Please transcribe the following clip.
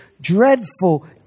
dreadful